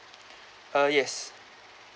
uh yes